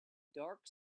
dark